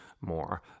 more